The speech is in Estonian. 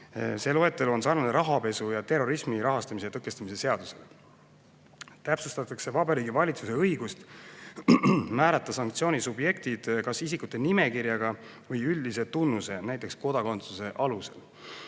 See loetelu on samasugune kui rahapesu ja terrorismi rahastamise tõkestamise seaduses. Täpsustatakse Vabariigi Valitsuse õigust määrata sanktsioonisubjektid kas isikute nimekirjaga või üldise tunnuse, näiteks kodakondsuse alusel.